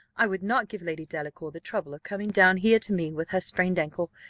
i would not give lady delacour the trouble of coming down here to me with her sprained ankle,